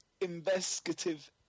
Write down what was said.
investigative